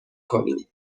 کنیم